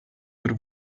per